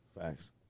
Facts